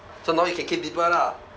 so now you can cane people lah